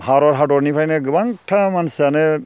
भारत हादरनिफ्रायनो गोबांथा मानसियानो